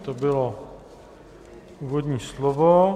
To bylo úvodní slovo.